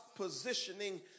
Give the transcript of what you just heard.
positioning